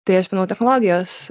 tai aš manau technologijos